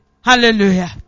Hallelujah